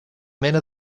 mena